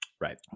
Right